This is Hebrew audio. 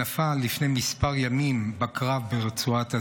שנפל לפני כמה ימים בקרב ברצועת עזה.